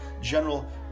general